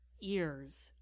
Ears